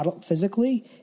physically